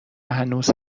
هنوز